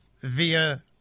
via